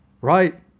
Right